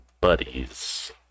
buddies